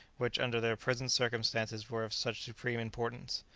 which under their present circumstances were of such supreme importance.